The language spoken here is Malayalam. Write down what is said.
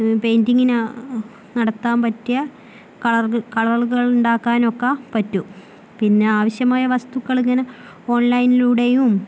പെയിന്റിങ്ങിന് നടത്താൻ പറ്റിയ കളർ കളറുകൾ ഉണ്ടാക്കാൻ ഒക്കെ പറ്റും പിന്നെ ആവശ്യമായ വസ്തുക്കൾ ഇങ്ങനെ ഓൺലൈനിലൂടെയും